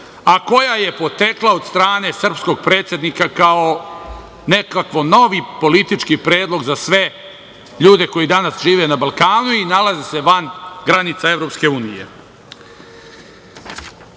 a koja je potekla od strane srpskog predsednika kao nekakav novi politički predlog za sve ljude koji danas žive na Balkanu i nalaze se van granica EU.